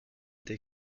été